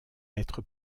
être